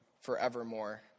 forevermore